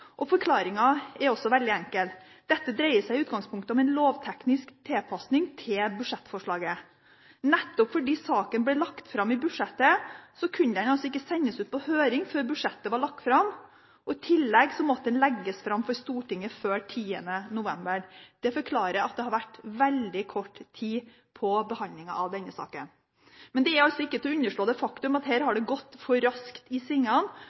og forklaringen er også veldig enkel: Dette dreier seg i utgangspunktet om en lovteknisk tilpasning til budsjettforslaget. Nettopp fordi saken ble lagt fram i budsjettet, kunne den ikke sendes ut på høring før budsjettet var lagt fram. I tillegg måtte den legges fram for Stortinget før 10. november. Det forklarer at det har vært veldig kort tid på behandlingen av denne saken. Men det er altså ikke til å underslå det faktum at her har det gått for raskt i